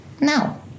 Now